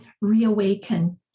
reawaken